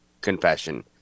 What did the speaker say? confession